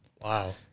Wow